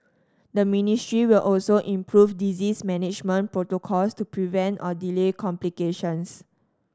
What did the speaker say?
the ministry will also improve disease management protocols to prevent or delay complications